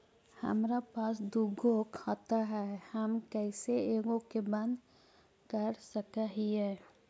हमरा पास दु गो खाता हैं, हम कैसे एगो के बंद कर सक हिय?